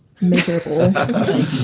miserable